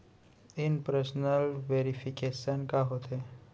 In person verification का होथे?